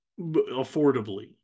affordably